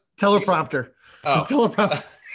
Teleprompter